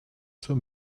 zur